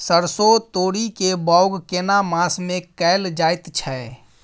सरसो, तोरी के बौग केना मास में कैल जायत छै?